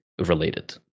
related